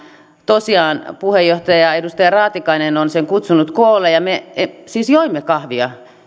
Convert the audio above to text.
tosiaan puheenjohtaja edustaja raatikainen on sen kutsunut koolle me siis joimme kahvia